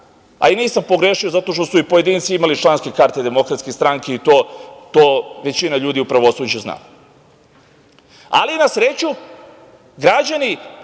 a i nisam pogrešio zato što su i pojedinci imali članske karte Demokratske stranke i to većina u pravosuđu zna. Na sreću, građani